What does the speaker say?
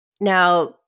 now